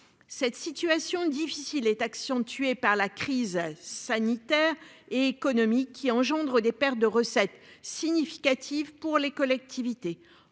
Cette situation difficile est accentuée par la crise sanitaire et économique, qui engendre des pertes de recettes significatives pour les collectivités.